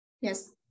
Yes